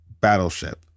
battleship